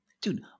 Dude